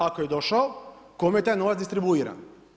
Ako je došao kome je taj novac distribuiran?